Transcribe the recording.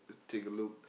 to take a look